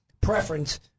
preference